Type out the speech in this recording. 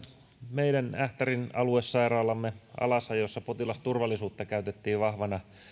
meidän ähtärin aluesairaalamme alasajossa potilasturvallisuutta käytettiin vahvana